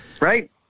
Right